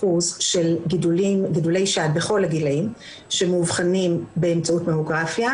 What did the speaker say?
של גידולי שד בכל הגילאים שמאובחנים באמצעות ממוגרפיה,